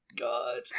God